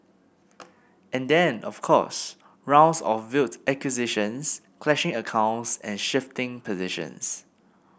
and then of course rounds of veiled accusations clashing accounts and shifting positions